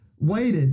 waited